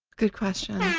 good question.